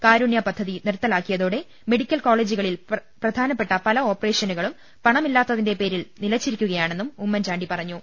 കാരുണ്യ പദ്ധതി നിർത്തലാക്കിയതോടെ മെഡിക്കൽ കോളജുകളിൽ പല പ്രധാന ഓപ്പറേഷനുകളും പണമില്ലാത്തതിന്റെ പേരിൽ നിലച്ചിരിക്കയാ ണെന്നും ഉമ്മൻചാണ്ടി പറഞ്ഞു